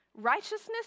Righteousness